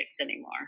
anymore